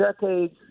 decades